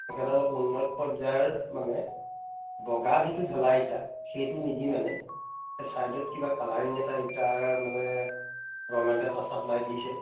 এনে অলপ উন্নত পৰ্যায়ৰ মানে বগা যিটো ঢেলা ইটা সেইটো নিদি মানে ছাইডত কিবা কালাৰিং এটা ইটাৰ মানে গভৰ্ণমেণ্টে এটা ছাপ্লাই দিছে